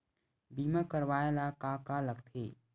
बीमा करवाय ला का का लगथे?